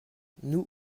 nous